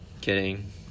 kidding